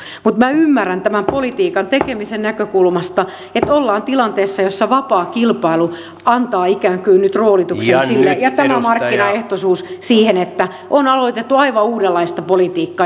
mutta minä ymmärrän tämän politiikan tekemisen näkökulmasta että ollaan tilanteessa jossa vapaa kilpailu antaa ikään kuin nyt roolituksen sille ja tämä markkinaehtoisuus siihen että on aloitettu aivan uudenlaista politiikkaa